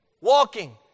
walking